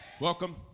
Welcome